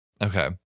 Okay